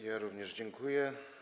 Ja również dziękuję.